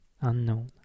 unknown